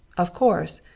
of course,